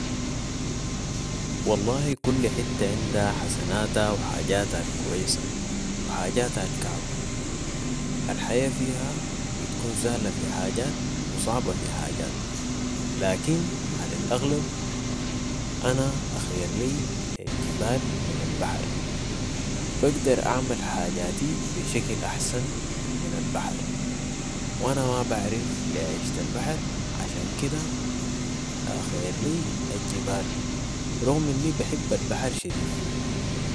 والله كل حتة عندها حسناتها وحاجاتها الكويسه وحاجاتها الكعبه. الحياه فيها بتكون سهله في حاجات وصعبه في حاجات ، لكن علي الاغلب انا اخير لي الجبال من البحر، بقدر اعمل حاجاتي بشكل احسن من البحر وانا مابعرف لي عيشة البحر عشان كده اخير لي الجبال رغم اني بحب البحر شديد